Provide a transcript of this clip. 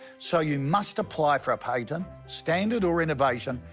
so you must apply for a patent, standard or innovation,